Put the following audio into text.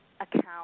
account